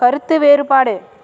கருத்து வேறுபாடு